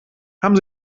haben